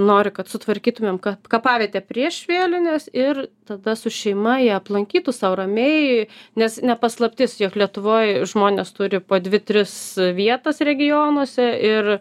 nori kad sutvarkytumėm kapavietę prieš vėlines ir tada su šeima ją aplankytų sau ramiai nes ne paslaptis jog lietuvoj žmonės turi po dvi tris vietas regionuose ir